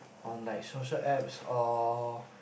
on like social apps or